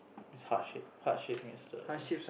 it's hardship hardship makes the